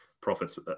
profits